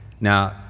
Now